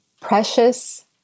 precious